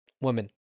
Women